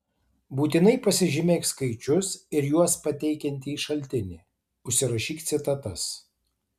būtinai pasižymėk skaičius ir juos pateikiantį šaltinį užsirašyk citatas